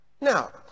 now